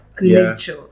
nature